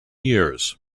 years